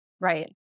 Right